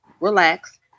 relax